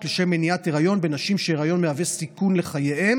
לשם מניעת היריון בנשים שהיריון מהווה סיכון לחייהן